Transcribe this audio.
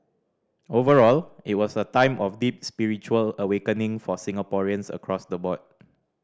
overall it was a time of deep spiritual awakening for Singaporeans across the board